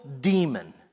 demon